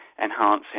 enhancing